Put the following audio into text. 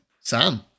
Sam